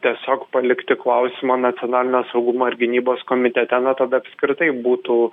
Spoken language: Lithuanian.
tiesiog palikti klausimą nacionalinio saugumo ir gynybos komitete na tada apskritai būtų